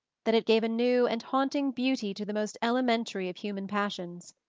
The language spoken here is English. that it gave a new and haunting beauty to the most elementary of human passions.